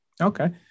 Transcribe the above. Okay